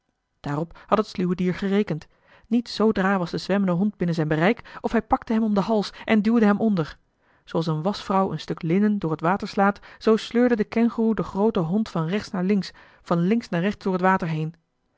daarop had het sluwe dier gerekend niet zoodra was de zwemmende hond binnen zijn bereik of hij pakte hem om den hals en duwde hem onder zooals eene waschvrouw een stuk linnen door het eli heimans willem roda water slaat zoo sleurde de kengoeroe den grooten hond van rechts naar links van links naar rechts door het water heen